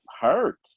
hurt